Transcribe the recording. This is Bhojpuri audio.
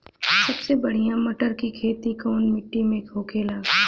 सबसे बढ़ियां मटर की खेती कवन मिट्टी में होखेला?